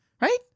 right